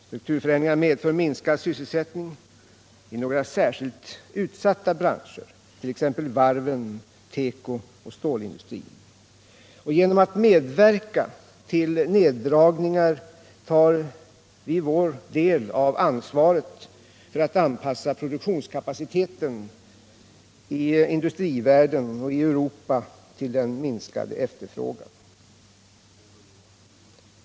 Strukturförändringarna medför minskning av sysselsättningen i några särskilt utsatta branscher, t.ex. varven, tekooch stålindustrin. Genom att medverka till neddragningar tar vi vår del av ansvaret för att anpassa produktionskapaciteten i industrivärlden och i Europa till minskningen av efterfrågan.